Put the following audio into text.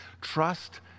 Trust